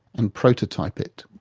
and prototype it.